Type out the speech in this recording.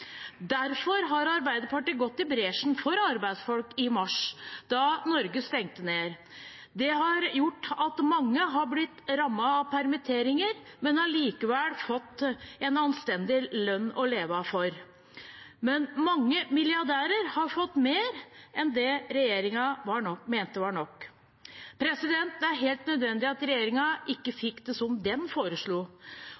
Derfor gikk Arbeiderpartiet i bresjen for arbeidsfolk da Norge stengte ned i mars. Det har gjort at mange har blitt rammet av permitteringer, men allikevel fått en anstendig lønn å leve for. Men mange milliardærer har fått mer enn det regjeringen mente var nok. Det var helt nødvendig at regjeringen ikke